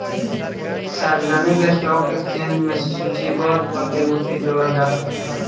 सार्वजानिक stock exchange में सूचीबद्ध प्रतिभूति जोड़ल जा सकेला